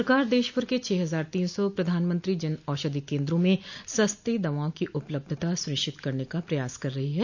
सरकार देशभर के छह हजार तीन सौ प्रधानमंत्री जन औषधि केन्द्रों में सस्ती दवाओं की उपलब्धता सुनिश्चित करने का प्रयास कर रही है